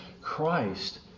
Christ